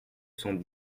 cent